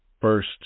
first